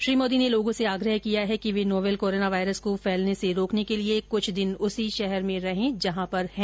श्रीमोदी ने लोगों से आग्रह किया है कि वे नोवेल कोरोना वायरस को फैलने से रोकने के लिए कुछ दिन उसी शहर में रहे जहां हैं